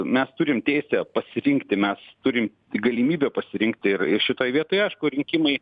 mes turim teisę pasirinkti mes turim galimybę pasirinkti ir šitoj vietoj aišku rinkimai